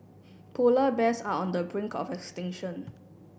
polar bears are on the brink of extinction